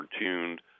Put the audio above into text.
tuned